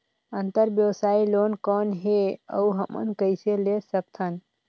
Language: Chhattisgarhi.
अंतरव्यवसायी लोन कौन हे? अउ हमन कइसे ले सकथन?